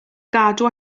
gadw